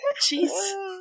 Jeez